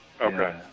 Okay